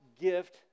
gift